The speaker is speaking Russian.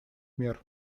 мер